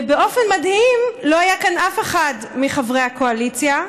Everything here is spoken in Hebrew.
ובאופן מדהים לא היה כאן אף אחד מחברי הקואליציה,